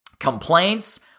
Complaints